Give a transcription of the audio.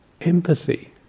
empathy